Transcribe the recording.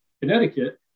Connecticut